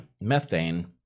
methane